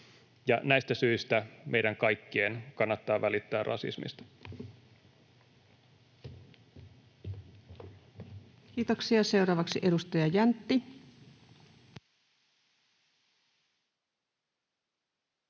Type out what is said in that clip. Näistä syistä meidän kaikkien kannattaa välittää rasismista. Kiitoksia. — Seuraavaksi edustaja Jäntti.